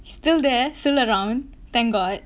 still there still around thank god